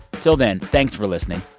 until then, thanks for listening.